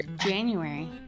January